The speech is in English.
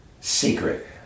secret